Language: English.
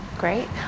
great